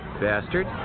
bastard